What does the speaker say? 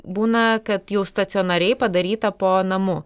būna kad jau stacionariai padaryta po namu